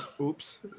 Oops